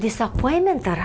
disappointment that